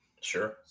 Sure